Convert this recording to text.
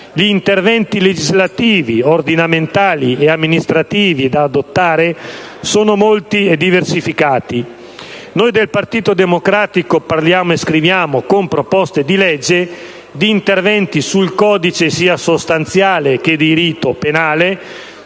Gli interventi, legislativi, ordinamentali e amministrativi, da adottare sono molti e diversificati. Noi del Partito Democratico parliamo e scriviamo in proposte di legge di interventi sul codice sia sostanziale che di rito penale,